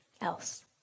else